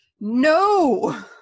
No